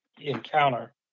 encounter